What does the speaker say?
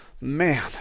man